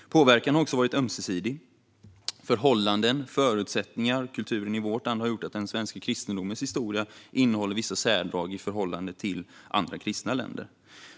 Påverkan har också varit ömsesidig. Förhållanden, förutsättningar och kultur i vårt land har gjort att den svenska kristendomens historia har vissa särdrag i förhållande till andra kristna länder.